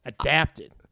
Adapted